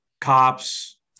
Cops